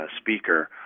speaker